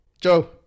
Joe